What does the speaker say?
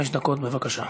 חמש דקות, בבקשה.